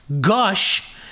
Gush